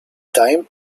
time